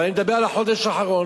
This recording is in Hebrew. אבל אני מדבר על החודש האחרון,